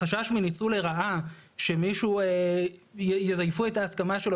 החשש מניצול לרעה שיזייפו הסכמה של מישהו,